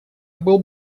был